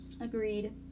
agreed